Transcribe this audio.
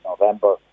November